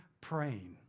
praying